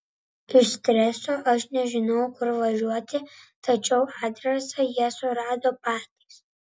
iš streso aš nežinojau kur važiuoti tačiau adresą jie surado patys